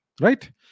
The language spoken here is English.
right